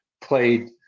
played